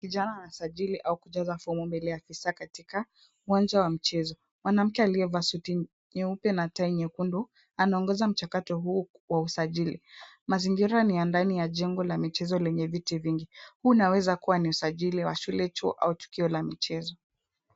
Kijana anasajili au kujaza fomu mbele ya afisa katika uwanja wa mchezo. Mwanamke aliyevaa suti nyeupe na tai nyekundu, anaongoza mchakato huo wa usajili. Mazingira ni ya ndani ya jengo la michezo lenye viti vingi. Huu unaweza kuwa ni usajili wa shule, chuo au tukio la michezo.